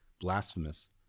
blasphemous